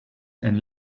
and